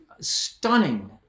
stunning